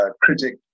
critic